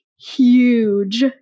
Huge